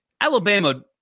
Alabama